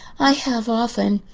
i have, often.